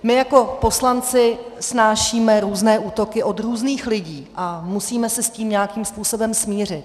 My jako poslanci snášíme různé útoky od různých lidí a musíme se s tím nějakým způsobem smířit.